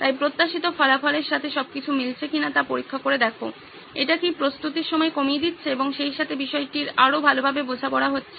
তাই প্রত্যাশিত ফলাফলের সাথে সবকিছু মিলছে কিনা তা পরীক্ষা করে দেখো এটি কি প্রস্তুতির সময় কমিয়ে দিচ্ছে এবং সেই সাথে বিষয়টির আরও ভালোভাবে বোঝাপড়া হচ্ছে